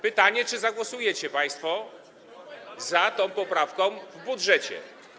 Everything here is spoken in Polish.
Pytanie: Czy zagłosujecie państwo za tą poprawką w budżecie?